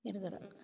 இருக்கிறாங்க